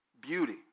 beauty